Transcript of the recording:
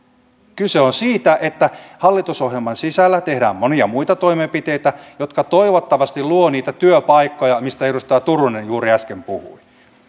kyse on siitä että hallitusohjelman sisällä tehdään monia muita toimenpiteitä jotka toivottavasti luovat niitä työpaikkoja mistä edustaja turunen juuri äsken puhui